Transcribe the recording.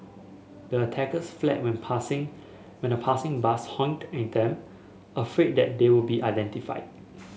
the attackers fled when passing when a passing bus honked at them afraid that they would be identified